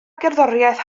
gerddoriaeth